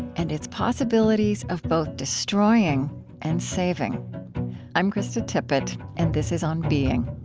and its possibilities of both destroying and saving i'm krista tippett and this is on being